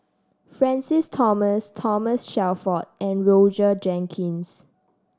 Francis Thomas Thomas Shelford and Roger Jenkins